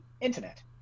internet